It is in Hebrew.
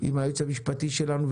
עם הייעוץ המשפטי שלנו.